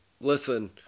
listen